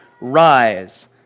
rise